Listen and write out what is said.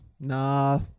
Nah